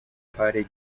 party